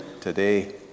today